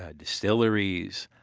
ah distilleries.